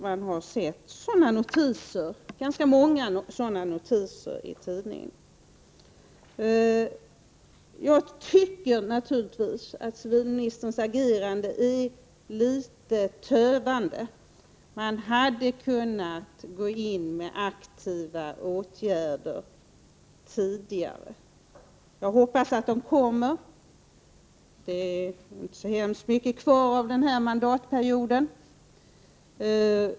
Ganska många sådana notiser har förekommit i tidningen. Civilministerns agerande är litet tövande. Man hade kunnat gå in med aktiva åtgärder tidigare. Jag hoppas att de kommer — det är inte så lång tid kvar av den här mandatperioden.